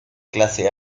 clase